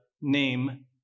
name